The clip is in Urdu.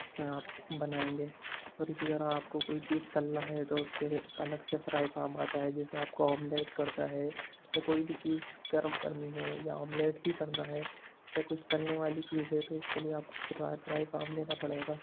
اس میں آپ بنائیں گے اور اسی طرح آپ کو کوئی چیز تلنا ہے تو اس کے لیے الگ سے فرائی فام آتا ہے جیسے آپ کو آملیٹ کرنا ہے یا کوئی بھی چیز گرم کرنی ہے یا آملیٹ ہی کرنا ہے یا کچھ تلنے والی چیز ہے تو اس کے لیے آپ کو فرائے فرائی فام لینا پڑے گا